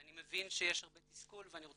אני מבין שיש הרבה תסכול ואני רוצה